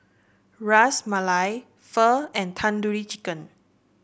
Ras Malai Pho and Tandoori Chicken